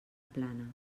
plana